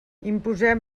imposem